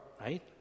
right